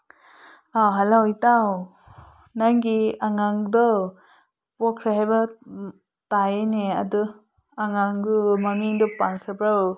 hello ꯏꯇꯥꯎ ꯅꯪꯒꯤ ꯑꯉꯥꯡꯗꯣ ꯄꯣꯛꯈ꯭ꯔꯦ ꯍꯥꯏꯕ ꯇꯥꯏꯌꯦꯅꯦ ꯑꯗꯣ ꯑꯉꯥꯡꯗꯨ ꯃꯃꯤꯡꯗꯨ ꯄꯥꯟꯈ꯭ꯔꯕꯣ